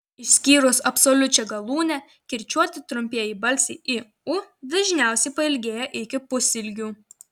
išskyrus absoliučią galūnę kirčiuoti trumpieji balsiai i u dažniausiai pailgėja iki pusilgių